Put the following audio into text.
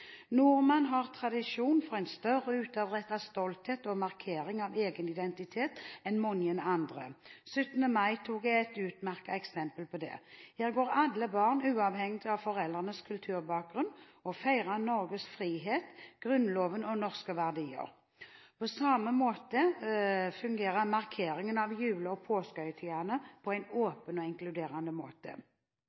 Nordmenn har tradisjon for en større utadrettet stolthet og markering av egen identitet enn det mange andre har. 17. mai-toget er et utmerket eksempel på det. Her går alle barn – uavhengig av foreldrenes kulturbakgrunn – og feirer Norges frihet, Grunnloven og norske verdier. På samme måte fungerer markeringene av jule- og påskehøytiden på en åpen og inkluderende måte.